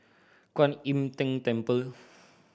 Kwan Im Tng Temple